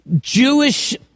Jewish